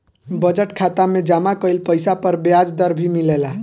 budget खाता में जमा कइल पइसा पर ब्याज दर भी मिलेला